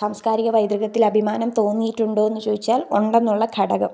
സാംസ്കാരികപൈതൃകത്തിൽ അഭിമാനം തോന്നിയിട്ടുണ്ടോയെന്ന് ചോദിച്ചാൽ ഉണ്ടെന്നുള്ള ഘടകം